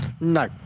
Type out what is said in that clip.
no